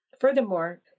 Furthermore